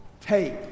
take